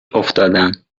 افتادم